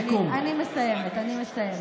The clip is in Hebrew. לסיכום, אני מסיימת, אני מסיימת.